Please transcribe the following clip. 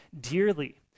dearly